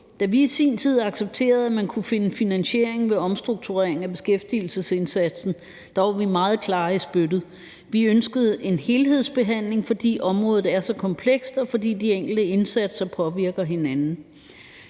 Da vi i sin tid accepterede, at man kunne finde finansiering ved omstrukturering af beskæftigelsesindsatsen, var vi meget klare i spyttet. Vi ønskede en fælles behandling, fordi området er så komplekst, og fordi de enkelte indsatser påvirker hinanden.